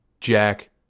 Jack